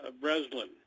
Breslin